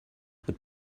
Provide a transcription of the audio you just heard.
would